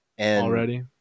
already